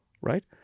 right